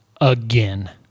again